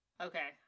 Okay